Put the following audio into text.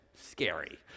scary